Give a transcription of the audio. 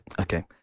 okay